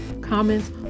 comments